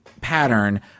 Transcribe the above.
pattern